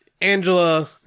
Angela